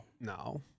No